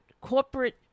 corporate